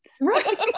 right